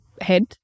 head